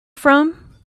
from